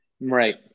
Right